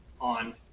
on